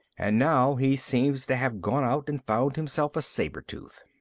and now he seems to have gone out and found himself a saber-tooth.